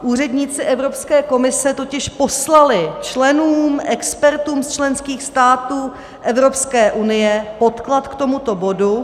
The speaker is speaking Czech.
Úředníci Evropské komise totiž poslali členům, expertům z členských států Evropské unie, podklad k tomuto bodu.